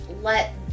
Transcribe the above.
let